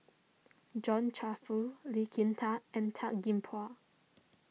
John Crawfurd Lee Kin Tat and Tan Gee Paw